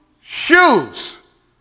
shoes